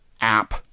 app